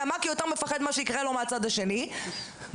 מפחד ממה שיקרה לו בצד השני בוודאות